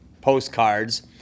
postcards